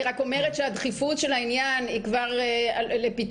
אני רק אומרת שהדחיפות של העניין היא כבר לפתחנו,